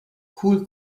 cool